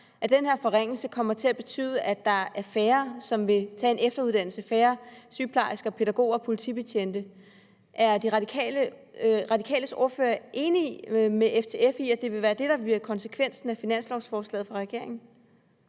at den her forringelse kommer til at betyde, at der vil være færre sygeplejersker, pædagoger og politibetjente, som vil tage en efteruddannelse. Er De Radikales ordfører enig med FTF i, at det vil være det, der bliver konsekvensen af finanslovsforslaget fra regeringen?